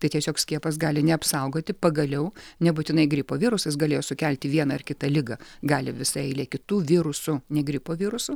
tai tiesiog skiepas gali neapsaugoti pagaliau nebūtinai gripo virusas galėjo sukelti vieną ar kitą ligą gali visa eilė kitų virusų ne gripo virusų